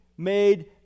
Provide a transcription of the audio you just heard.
Made